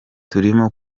turimo